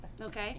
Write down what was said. okay